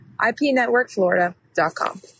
IPNetworkFlorida.com